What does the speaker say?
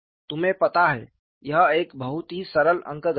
तुम्हें पता है यह एक बहुत ही सरल अंकगणित है